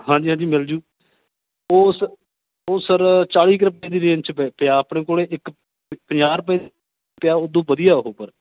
ਹਾਂਜੀ ਹਾਂਜੀ ਮਿਲ ਜੂ ਉਹ ਸ ਉਹ ਸਰ ਚਾਲੀ ਕੁ ਰੁਪਏ ਦੀ ਰੇਂਜ 'ਚ ਪਿਆ ਆਪਣੇ ਕੋਲ ਇੱਕ ਪੰਜਾਹ ਰੁਪਏ ਉਸ ਤੋਂ ਵਧੀਆ ਉਹ ਪਰ